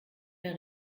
mehr